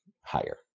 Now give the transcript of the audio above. higher